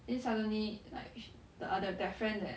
then suddenly like she the other that friend that